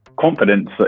confidence